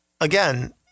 Again